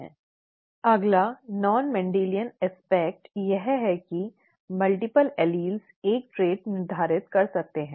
slide समय देखें 1210 अगला नॉन मेंडेलियन पहलू यह है कि कई एलील एक ट्रैट निर्धारित कर सकते हैं